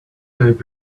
save